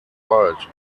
wald